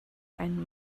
einen